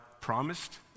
promised